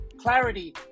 clarity